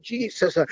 Jesus